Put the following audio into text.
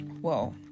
Whoa